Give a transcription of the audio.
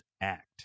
Act